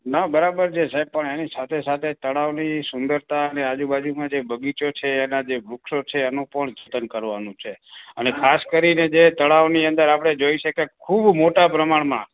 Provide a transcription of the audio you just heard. ના બરાબર છે સાહેબ પણ એની સાથે સાથે તળાવની સુંદરતા અને આજુબાજુમાં જે બગીચો છે એના જે વૃક્ષો છે એનું પણ જતન કરવાનું છે અને ખાસ કરીને જે તળાવની અંદર આપણે જોઈ શકીએ ખૂબ મોટા પ્રમાણમાં